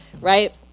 right